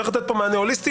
צריך לתת כאן מענה הוליסטי.